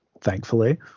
thankfully